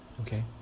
Okay